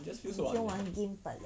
just feels so un~